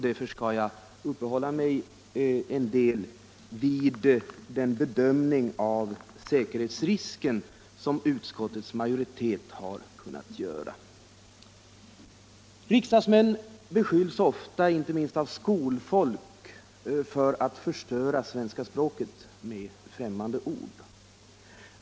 Därför skall jag uppehålla mig en del vid den bedömning av säkerhetsrisken som utskottsmajoriteten har kunnat göra. Riksdagsmännen beskylls ofta — inte minst av skolfolk — för att förstöra svenska språket med främmande ord.